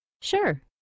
Sure